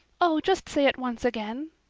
oh, just say it once again.